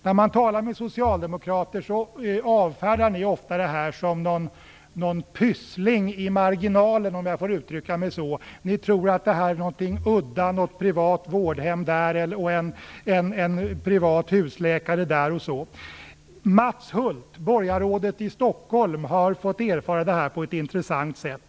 När man talar med socialdemokrater avfärdar de ofta det här som en pyssling i marginalen, om jag får uttrycka mig så. De tror att det här är någonting udda och gäller ett privat vårdhem här och en privat husläkare där. Mats Hulth, borgarrådet i Stockholm, har fått erfara det här på ett intressant sätt.